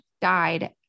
died